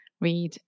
Read